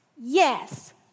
yes